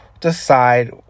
decide